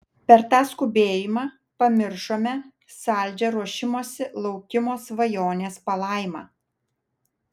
per tą skubėjimą pamiršome saldžią ruošimosi laukimo svajonės palaimą